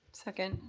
second.